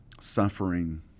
suffering